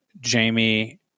Jamie